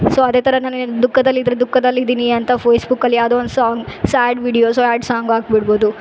so ಅದೇ ಥರ ನಾನು ದುಃಖದಲ್ಲಿದ್ರೆ ದುಃಖದಲಿದೀನಿ ಅಂತ ಫೇಸ್ಬುಕಲ್ಲಿ ಯಾವುದೋ ಒಂದು song sad videos sad song ಹಾಕ್ಬಿಡ್ಬೋದು